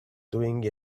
doing